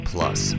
Plus